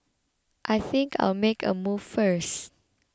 I think I'll make a move first